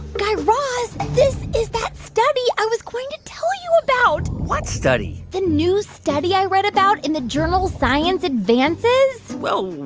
guy raz, this is that study i was going to tell you about what study? the new study i read about in the journal science advances well,